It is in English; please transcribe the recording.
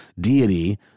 deity